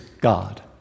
God